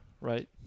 right